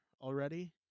already